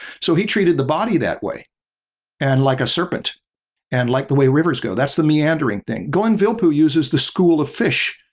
so, he treated the body that way and like a serpent and like the way rivers go, that's the meandering thing. glenn vilppu uses the school of fish,